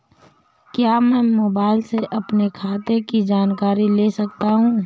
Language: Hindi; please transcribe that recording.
क्या मैं मोबाइल से अपने खाते की जानकारी ले सकता हूँ?